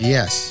Yes